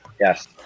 Yes